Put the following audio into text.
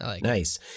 nice